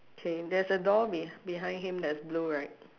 okay there's a door be behind him that's blue right